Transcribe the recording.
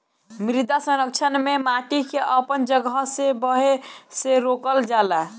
मृदा संरक्षण में माटी के अपन जगह से बहे से रोकल जाला